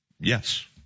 Yes